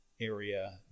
area